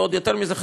ועוד יותר מזה,